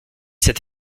cette